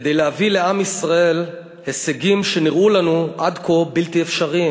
כדי להביא לעם ישראל הישגים שנראו לנו עד כה בלתי אפשריים.